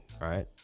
right